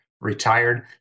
retired